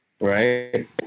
right